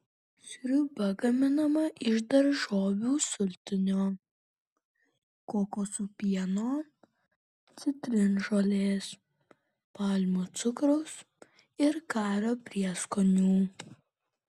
sriuba gaminama iš daržovių sultinio kokosų pieno citrinžolės palmių cukraus ir kario prieskonių